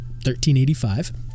1385